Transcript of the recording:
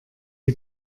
die